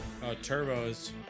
turbos